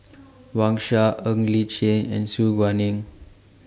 Wang Sha Ng Li Chin and Su Guaning